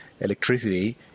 electricity